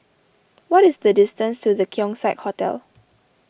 what is the distance to the Keong Saik Hotel